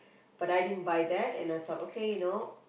but I didn't buy that and I thought okay you know